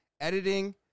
editing